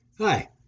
Hi